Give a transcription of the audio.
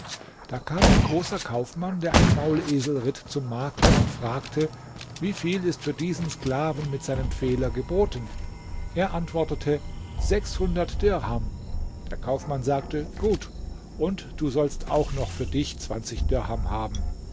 da kam ein großer kaufmann der einen maulesel ritt zum makler und fragte wie viel ist für diesen sklaven mit seinem fehler geboten er antwortete sechshundert dirham der kaufmann sagte gut und du sollst auch noch für dich zwanzig dirham haben